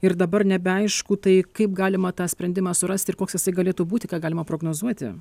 ir dabar nebeaišku tai kaip galima tą sprendimą surast ir koks jisai galėtų būti ką galima prognozuoti